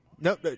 nope